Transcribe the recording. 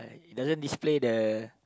doesn't display the